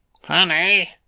Honey